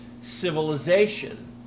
civilization